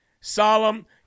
Solemn